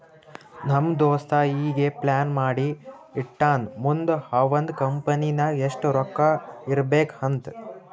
ನಮ್ ದೋಸ್ತ ಈಗೆ ಪ್ಲಾನ್ ಮಾಡಿ ಇಟ್ಟಾನ್ ಮುಂದ್ ಅವಂದ್ ಕಂಪನಿ ನಾಗ್ ಎಷ್ಟ ರೊಕ್ಕಾ ಇರ್ಬೇಕ್ ಅಂತ್